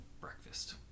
Breakfast